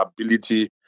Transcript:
ability